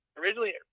originally